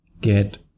get